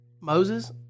Moses